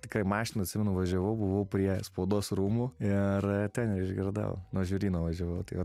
tikrai mašina atsimenu nuvažiavau buvau prie spaudos rūmų ir ten išgirdau nuo žvėryno važiavau tai va